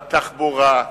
משרד התחבורה,